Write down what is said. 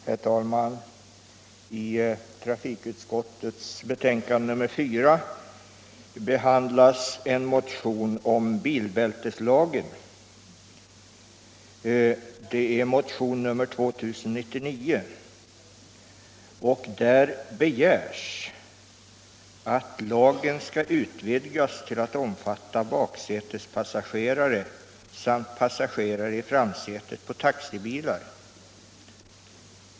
Herr talman! I trafikutskottets betänkande nr 4 behandlas motionen 1975/76:2099 om bilbälteslagen. I den begärs att lagen skall utvidgas till att omfatta baksätespassagerare samt passagerare i framsätet på taxibilar.